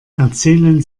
erzählen